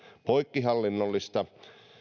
poikkihallinnollista